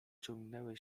ciągnęły